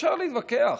אפשר להתווכח,